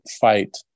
fight